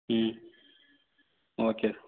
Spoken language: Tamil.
ம் ஓகே சார்